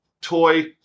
toy